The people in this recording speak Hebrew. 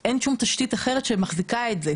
אין שום תשתית אחרת שמחזיקה את זה.